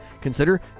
Consider